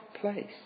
place